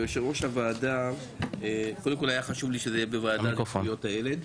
כיושב ראש הוועדה היה לי חשוב שזה יהיה בוועדה לזכויות הילד,